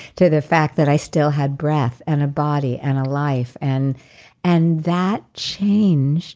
to the fact that i still had breath, and a body, and a life. and and that changed